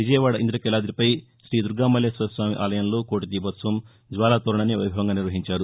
విజయవాడ ఇంద్రకీలాదిపై శ్రీదుర్గామల్లేశ్వరస్వామి ఆలయంలో కోటి దీపోత్సవం జ్వాలా తోరణాన్ని వైభవంగా నిర్వహించారు